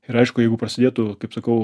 ir aišku jeigu prasidėtų kaip sakau